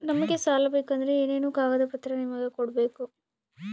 ನಮಗೆ ಸಾಲ ಬೇಕಂದ್ರೆ ಏನೇನು ಕಾಗದ ಪತ್ರ ನಿಮಗೆ ಕೊಡ್ಬೇಕು?